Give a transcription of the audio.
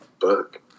book